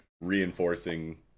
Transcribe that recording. reinforcing